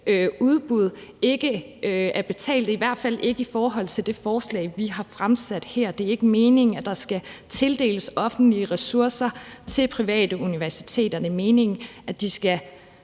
offentlige ressourcer, i hvert fald ikke i forhold til det forslag, vi har fremsat her. Det er ikke meningen, at der skal tildeles offentlige ressourcer til private universiteter. Det er meningen, at de skal